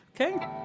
Okay